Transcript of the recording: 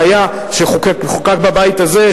שחוקק בבית הזה,